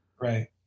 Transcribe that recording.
Right